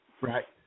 right